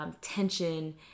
tension